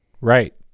right